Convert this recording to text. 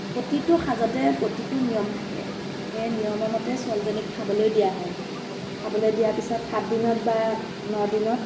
প্ৰতিটো সাজতে প্ৰতিটো নিয়ম থাকে সেই নিয়মৰ মতে ছোৱালীজনীক খাবলৈ দিয়া হয় খাবলে দিয়াৰ পিছত সাত দিনত বা ন দিনত